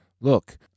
look